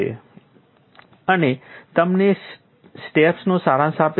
અને આ તમને સ્ટેપ્સનો સારાંશ આપે છે